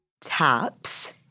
Taps